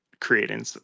creating